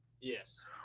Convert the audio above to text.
Yes